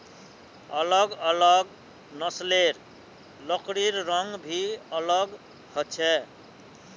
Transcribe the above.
अलग अलग नस्लेर लकड़िर रंग भी अलग ह छे